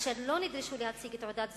אשר לא נדרשו להציג תעודת זהות,